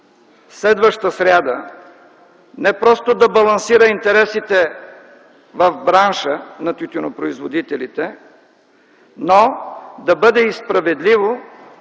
следващата сряда не просто да балансира интересите в бранша на тютюнопроизводителите, но да бъде и справедливо,